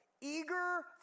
eager